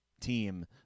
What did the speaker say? team